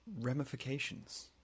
ramifications